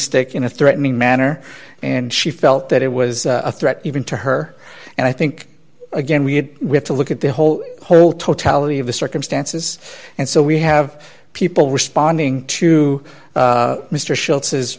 stick in a threatening manner and she felt that it was a threat even to her and i think again we have we have to look at the whole whole totality of the circumstances and so we have people responding to mr schult